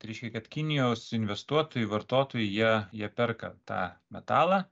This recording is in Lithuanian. tai reiškia kad kinijos investuotojai vartotojai jie jie perka tą metalą